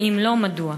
ואם לא, מדוע?